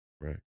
right